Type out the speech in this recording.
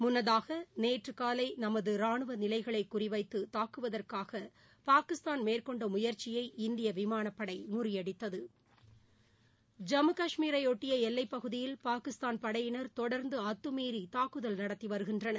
முன்னதாகநேற்றுகாலைநமதராணுவநிலைகளைகுறிவைத்துதாக்குவதற்காகபாகிஸ்தான் மேற்கொண்டமுயற்சியை இந்தியவிமானப்படைமுறியடித்தது ஜம்மு காஷ்மீரையொட்டியஎல்லைப் பகுதியில் பாகிஸ்தான் படையினர் தொடர்ந்துஅத்துமீறிதாக்குதல் நடத்திவருகின்றனர்